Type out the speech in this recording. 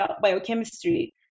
biochemistry